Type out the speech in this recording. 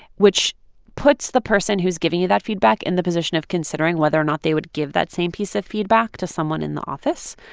which puts the person who's giving you that feedback in the position of considering whether or not they would give that same piece of feedback to someone in the office,